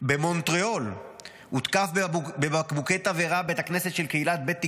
במונטריאול הותקף בבקבוקי תבערה בית הכנסת של קהילת "בית תקווה",